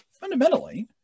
fundamentally